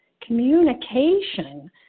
Communication